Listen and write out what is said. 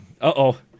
Uh-oh